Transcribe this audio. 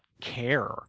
care